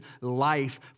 life